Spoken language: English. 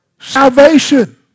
Salvation